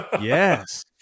Yes